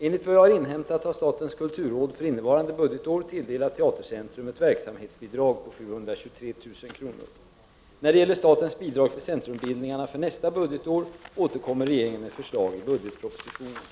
Enligt vad jag har inhämtat har statens kulturråd för innevarande budgetår tilldelat Teatercentrum ett verksamhetsbidrag på 723 000 kr. När det gäller statens bidrag till centrumbildningarna för nästa budgetår återkommer regeringen med förslag i budgetpropositionen.